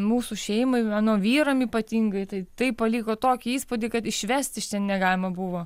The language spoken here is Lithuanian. mūsų šeimai mano vyram ypatingai tai tai paliko tokį įspūdį kad išvesti iš ten negalima buvo